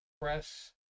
press